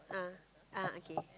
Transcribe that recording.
ah ah okay